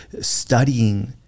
studying